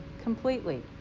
completely